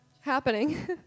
happening